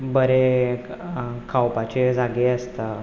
बरे खावपाचे जागे आसता